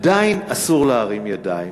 עדיין אסור להרים ידיים.